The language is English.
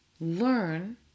learn